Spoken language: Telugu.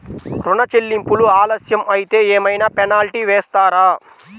ఋణ చెల్లింపులు ఆలస్యం అయితే ఏమైన పెనాల్టీ వేస్తారా?